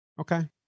Okay